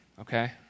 Okay